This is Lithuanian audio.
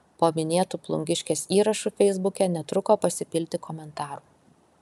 po minėtu plungiškės įrašu feisbuke netruko pasipilti komentarų